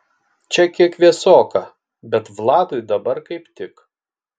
čia kiek vėsoka bet vladui dabar kaip tik